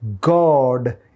God